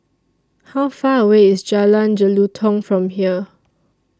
How Far away IS Jalan Jelutong from here